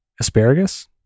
asparagus